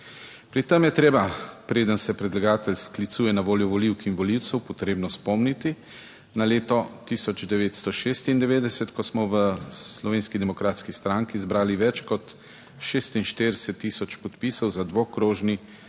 Pri tem je treba, preden se predlagatelj sklicuje na voljo volivk in volivcev, potrebno spomniti na leto 1996, ko smo v Slovenski demokratski stranki zbrali več kot 46 tisoč podpisov za dvokrožni